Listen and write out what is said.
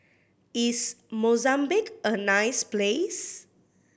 is Mozambique a nice place